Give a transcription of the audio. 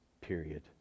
Period